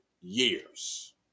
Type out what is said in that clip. years